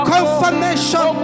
Confirmation